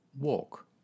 walk